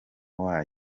wayo